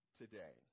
today